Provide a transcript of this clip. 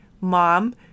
Mom